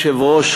אדוני היושב-ראש,